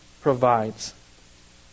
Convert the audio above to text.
provides